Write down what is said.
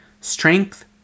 Strength